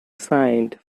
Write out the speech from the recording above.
signed